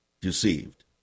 deceived